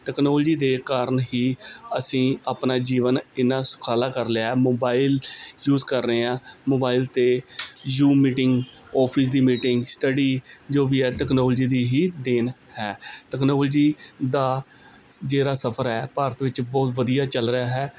technology ਦੇ ਕਾਰਨ ਹੀ ਅਸੀਂ ਆਪਣਾ ਜੀਵਨ ਇਨਾ ਸੁਖਾਲਾ ਕਰ ਲਿਆ ਮੋਬਾਈਲ ਯੂਜ ਕਰ ਰਹੇ ਆਂ ਮੋਬਾਈਲ ਤੇ ਯੂ ਮੀਟਿੰਗ ਆਫਿਸ ਦੀ ਮੀਟਿੰਗ ਸਟੱਡੀ ਜੋ ਵੀ ਅੱਜ ਟੈਕਨੋਲੋਜੀ ਦੀ ਹੀ ਦੇਣ ਹੈ ਟੈਕਨੋਲੋਜੀ ਦਾ ਜਿਹੜਾ ਸਫਰ ਹੈ ਭਾਰਤ ਵਿੱਚ ਬਹੁਤ ਵਧੀਆ ਚੱਲ ਰਿਹਾ ਹੈ